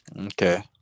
Okay